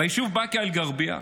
ביישוב באקה אל-גרבייה,